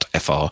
fr